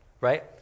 right